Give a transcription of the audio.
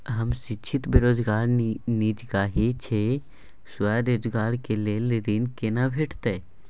हम शिक्षित बेरोजगार निजगही छी, स्वरोजगार के लेल ऋण केना भेटतै?